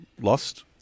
lost